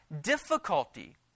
difficulty